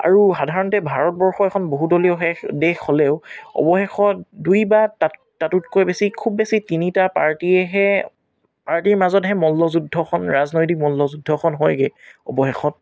আৰু সাধাৰণতে ভাৰতবৰ্ষ এখন বহুদলীয় দেশ দেশ হ'লেও অৱশেষত দুই বা তাতোতকৈ বেছি খুব বেছি তিনিটা পাৰ্টীয়েহে পাৰ্টীৰ মাজতহে মল্লযুদ্ধখন ৰাজনৈতিক মল্লযুদ্ধখন হয়গৈ অৱশেষত